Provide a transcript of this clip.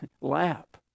lap